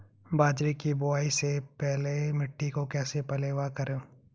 बाजरे की बुआई से पहले मिट्टी को कैसे पलेवा करूं?